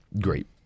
great